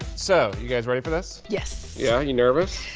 so you guys ready for this? yes. yeah, are you nervous?